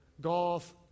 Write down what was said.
Golf